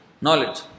knowledge